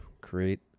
create